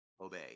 obey